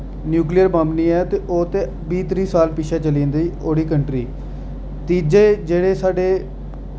nuclear bomb निं ऐ ते ओह् ते बीह् त्रीह् साल पिच्छें चली जंदी ओह्ड़ी कंट्री तीजे जेह्ड़े साढ़े